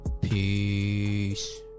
Peace